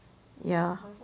ya